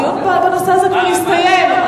הדיון בנושא הזה מסתיים.